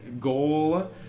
goal